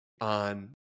on